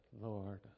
Lord